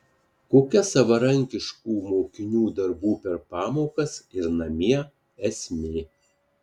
kokia savarankiškų mokinių darbų per pamokas ir namie esmė